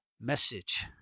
message